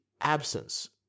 absence